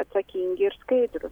atsakingi ir skaidrūs